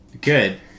Good